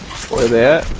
for their